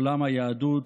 לעולם היהדות,